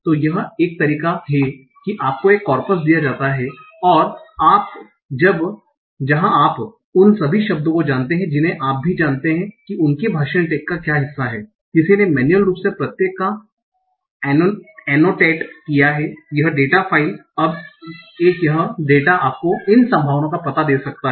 तो एक तरीका यह है कि आपको एक कॉर्पस दिया जाता है जहां आप उन सभी शब्दों को जानते हैं जिन्हें आप भी जानते हैं कि उनके भाषण टैग का क्या हिस्सा है किसी ने मैन्युअल रूप से प्रत्येक को एनोटेट किया है यह डेटा फ़ाइल अब यह डेटा आपको इन संभावनाओं का पता दे सकता है